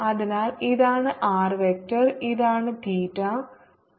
അതിനാൽ ഇതാണ് r vector ഇതാണ് തീറ്റ ഇത് phi